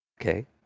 okay